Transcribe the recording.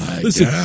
Listen